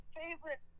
favorite